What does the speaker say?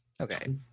Okay